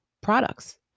products